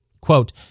Quote